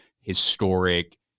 historic